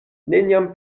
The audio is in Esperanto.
neniam